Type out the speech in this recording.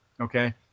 okay